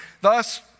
thus